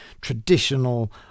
traditional